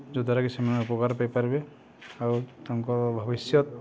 ଯଦ୍ୱାରାକି ସେମାନେ ଉପକାର୍ ପାଇପାର୍ବେ ଆଉ ତାଙ୍କ ଭବିଷ୍ୟତ୍